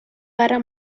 guerra